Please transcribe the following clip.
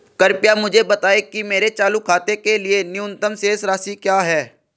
कृपया मुझे बताएं कि मेरे चालू खाते के लिए न्यूनतम शेष राशि क्या है